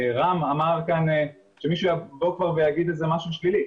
רם אמר כאן שמישהו יבוא כבר ויגיד איזה משהו שלילי,